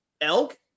Elk